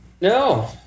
no